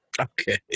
Okay